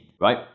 right